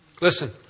Listen